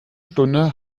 stunde